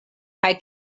kaj